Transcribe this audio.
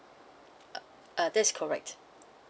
uh that's correct